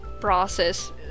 process